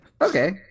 Okay